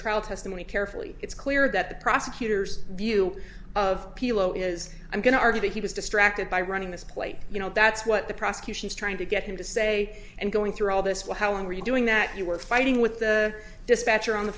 trial testimony carefully it's clear that the prosecutor's view of pilo is i'm going to argue that he was distracted by running this plate you know that's what the prosecution is trying to get him to say and going through all this what how long were you doing that you were fighting with the dispatcher on the